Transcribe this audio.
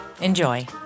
Enjoy